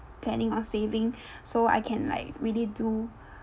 planning or saving so I can like really do